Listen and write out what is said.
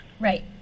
Right